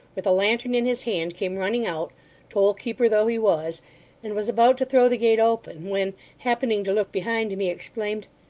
with a lantern in his hand, came running out toll-keeper though he was and was about to throw the gate open, when happening to look behind him, he exclaimed,